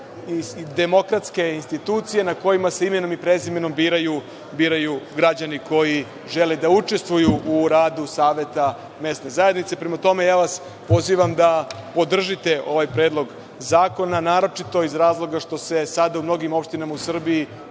to demokratske institucije na kojima se imenom i prezimenom biraju građani koji žele da učestvuju u radu saveta mesne zajednice. Prema tome, pozivam vas da podržite ovaj Predlog zakona, naročito iz razloga što se sada u mnogim opštinama u Srbiji